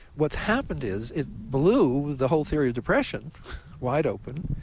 what's happened is it blew the whole theory of depression wide open.